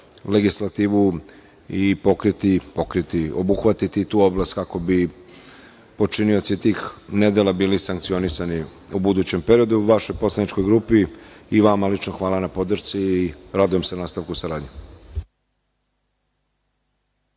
legislativu i obuhvatiti tu oblast kako bi počinioci tih nedela bili sankcionisani u budućem periodu. Vašoj poslaničkoj grupi i vama lično hvala na podršci. Radujem se nastavku saradnje.